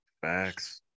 Facts